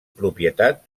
propietat